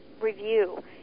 review